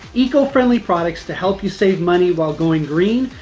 eco-friendly products to help you save money while going green,